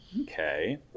Okay